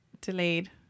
delayed